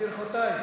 ברכותי.